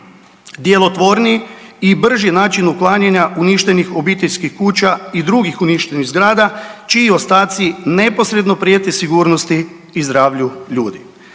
djelotvorniji i brži način uklanjanja uništenih obiteljskih kuća i drugih uništenih zgrada čiji ostaci neposredno prijete sigurnosti i zdravlju ljudi.